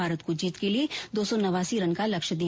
भारत को जीत के लिये दो सौ नवासी रन का लक्ष्य दिया